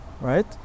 Right